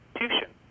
institution